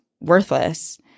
worthless